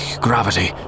gravity